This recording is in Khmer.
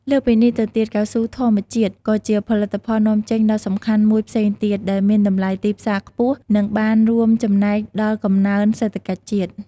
លើសពីនេះទៅទៀត កៅស៊ូធម្មជាតិ ក៏ជាផលិតផលនាំចេញដ៏សំខាន់មួយផ្សេងទៀត ដែលមានតម្លៃទីផ្សារខ្ពស់ និងបានរួមចំណែកដល់កំណើនសេដ្ឋកិច្ចជាតិ។